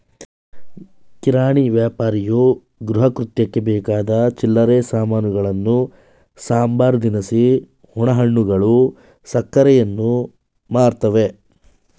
ಕಿರಾಣಿ ವ್ಯಾಪಾರಿಯು ಗೃಹಕೃತ್ಯಕ್ಕೆ ಬೇಕಾದ ಚಿಲ್ಲರೆ ಸಾಮಾನುಗಳನ್ನು ಸಂಬಾರ ದಿನಸಿ ಒಣಹಣ್ಣುಗಳು ಸಕ್ಕರೆಯನ್ನು ಮಾರ್ತವೆ